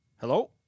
Hello